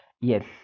yes